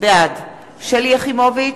בעד שלי יחימוביץ,